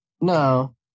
No